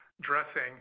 dressing